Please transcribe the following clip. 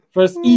First